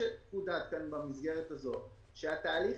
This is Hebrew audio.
חודד כאן במסגרת הזו הוא שהתהליך